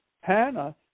Hannah